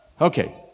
okay